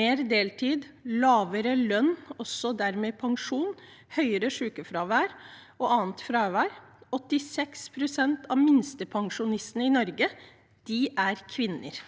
mer deltid, lavere lønn og dermed også lavere pensjon, samt høyere sjukefravær og annet fravær. 86 pst. av minstepensjonistene i Norge er kvinner.